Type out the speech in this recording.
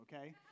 okay